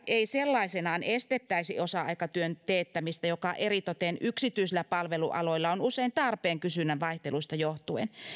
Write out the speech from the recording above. ei sellaisenaan estettäisi osa aikatyön teettämistä joka eritoten yksityisillä palvelualoilla on usein tarpeen kysynnän vaihteluista johtuen